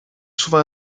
souvent